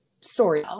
story